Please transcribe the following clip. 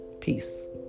peace